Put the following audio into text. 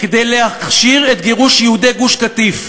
כדי להכשיר את גירוש יהודי גוש-קטיף.